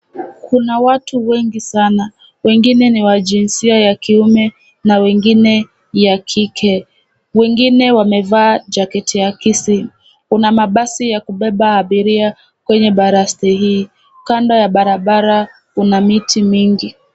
Kuna watu wengi sana. Wengine ni wa jinsia ya kiume na wengine ya kike. Wengine wamevaa jaketi akisi. Kuna mabasi ya kubebea abiria kwenye baraste hii. Kando ya barabara kuna miti mingi.